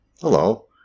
hello